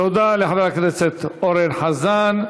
תודה לחבר הכנסת אורן חזן.